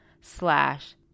slash